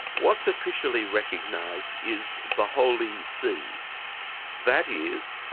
what's officially recognised is the holy see that is,